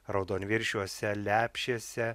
raudonviršiuose lepšiuose